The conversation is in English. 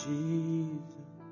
Jesus